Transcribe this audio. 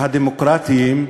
והדמוקרטיים,